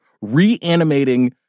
Reanimating